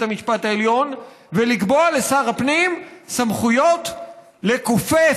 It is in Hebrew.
המשפט העליון ולקבוע לשר הפנים סמכויות לכופף,